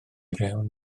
fewn